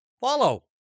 follow